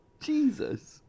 jesus